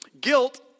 Guilt